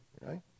right